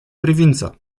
privință